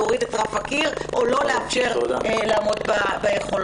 להוריד את רף הקיר או לא לאפשר לעמוד ביכולות.